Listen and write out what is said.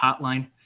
hotline